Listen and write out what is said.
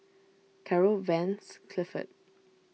Caryl Vance Clifford